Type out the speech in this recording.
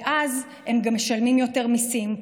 ואז הם גם משלמים יותר מיסים,